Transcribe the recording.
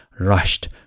rushed